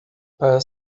para